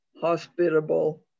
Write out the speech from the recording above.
hospitable